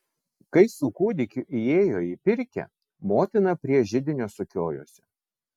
kai su kūdikiu įėjo į pirkią motina prie židinio sukiojosi